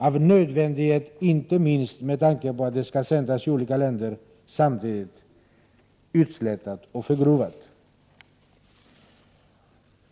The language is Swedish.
Av nödvändighet, inte minst med tanke på att programmen skall sändas i olika länder samtidigt, blir programinnehållet utslätat och förgrovat.